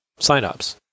signups